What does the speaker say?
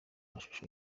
mashusho